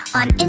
on